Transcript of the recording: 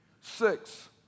Six